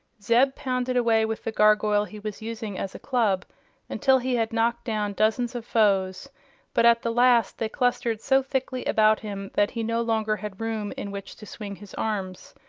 zeb pounded away with the gargoyle he was using as a club until he had knocked down dozens of foes but at the last they clustered so thickly about him that he no longer had room in which to swing his arms.